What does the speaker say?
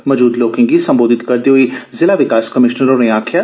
मौजूद लोके गी सम्बोधित करदे होई जिला विकास कमीश्नर होरें आक्खेआ